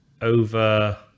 over